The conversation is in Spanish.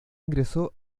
ingresó